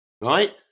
right